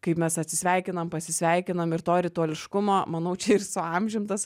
kaip mes atsisveikinam pasisveikinam ir to rituališkumo manau čia ir su amžium tas